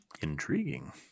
Intriguing